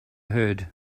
heard